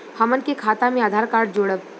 हमन के खाता मे आधार कार्ड जोड़ब?